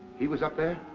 he was up there?